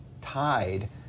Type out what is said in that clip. tied